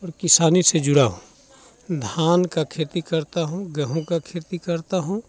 और किसानी से जुड़ा हूँ धान का खेती करता हूँ गेहूँ का खेती करता हूँ